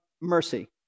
mercy